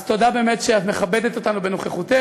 אז תודה באמת שאת מכבדת אותנו בנוכחותך.